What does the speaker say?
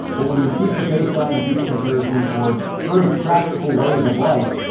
but when you keep the baseline and keep the comparison towards very practical ways of life,